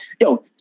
Yo